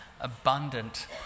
abundant